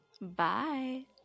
Bye